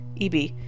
eb